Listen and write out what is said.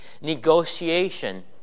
negotiation